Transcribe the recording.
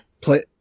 Play